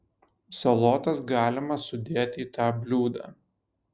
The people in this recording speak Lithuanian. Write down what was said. salotas galima sudėt į tą bliūdą